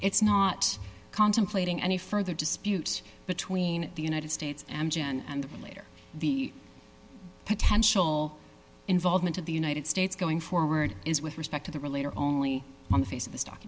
it's not contemplating any further disputes between the united states and jen and later the potential involvement of the united states going forward is with respect to the relator only on the face of the stock